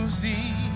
see